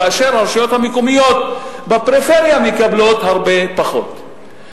כאשר הרשויות המקומיות בפריפריה מקבלות הרבה פחות.